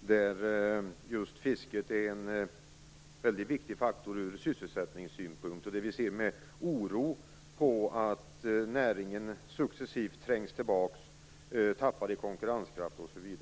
där just fisket är en mycket viktig faktor från sysselsättningssynpunkt. Vi ser med oro på att näringen successivt trängs tillbaka, tappar i konkurrenskraft, osv.